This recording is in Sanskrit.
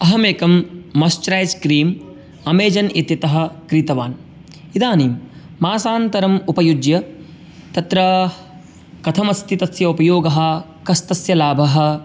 अहम् एकं मास्चरैज् क्रीम् अमेजन् इत्यतः क्रीतवान् इदानीं मासान्तरम् उपयुज्य तत्र कथमस्ति तस्य उपयोगः कस्तस्य लाभः